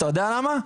אתה יודע למה?